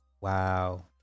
Wow